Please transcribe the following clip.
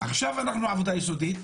עכשיו עשינו עבודה יסודית'.